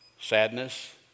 sadness